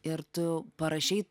ir tu parašei